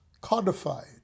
codified